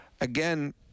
again